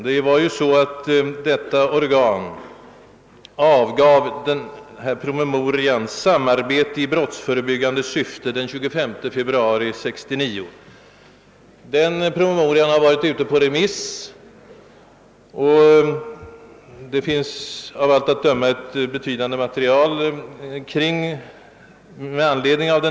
Detta organ avgav den 25 februari 1969 promemorian »Samarbete i brottsförebyggande syfte». Promemorian har varit ute på remiss, och det finns därför av allt att döma samlat ett betydande material av synpunkter och uppslag.